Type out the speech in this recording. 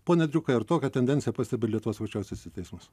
pone driuka ar tokią tendenciją pastebi lietuvos aukščiausiasis teismas